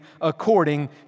according